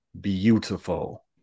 beautiful